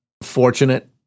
fortunate